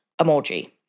emoji